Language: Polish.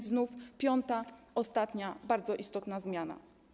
To piąta, ostatnia, bardzo istotna zmiana.